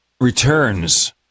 Returns